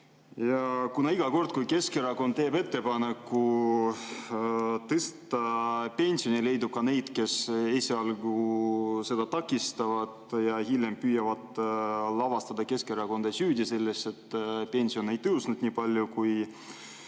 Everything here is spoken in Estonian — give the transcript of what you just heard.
minna. Iga kord, kui Keskerakond teeb ettepaneku tõsta pensioni, leidub ka neid, kes esialgu seda takistavad ja hiljem püüavad lavastada Keskerakonda süüdi selles, et pension ei tõusnud nii palju, kui